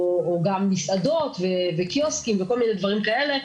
או גם מסעדות ובקיוסקים ובכל מיני דברים כאלה,